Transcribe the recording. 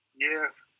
Yes